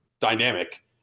dynamic